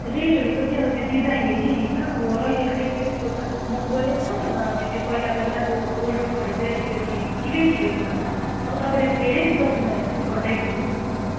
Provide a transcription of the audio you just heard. रेटहरू पनि अब त्यो डिजाइन हेरी हेरी छ अब अहिलेको लेटेस्टको त महँगो नै छ र हजुर त्यो पहिला पहिलाको ओल्डहरू चाहिँ अलिकति ठिकै ठिकैकोमा छ अब तपाईँले धेरै सिलाउनु भयो भने चाहिँ घटाइदिनु पनि सक्छु म